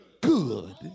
good